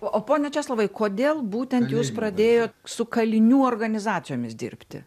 o pone česlovai kodėl būtent jūs pradėjot su kalinių organizacijomis dirbti